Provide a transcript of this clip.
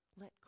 Let